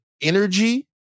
energy